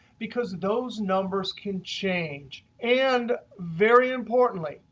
because those numbers can change. and very importantly,